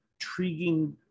intriguing